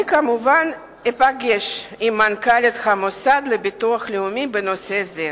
אני כמובן אפגש עם מנכ"לית המוסד לביטוח לאומי בנושא זה,